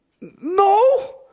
No